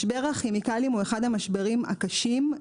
משבר הכימיקלים הוא אחד המשברים הקשים,